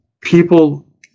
people